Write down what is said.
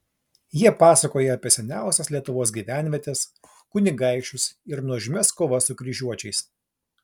jie pasakoja apie seniausias lietuvos gyvenvietes kunigaikščius ir nuožmias kovas su kryžiuočiais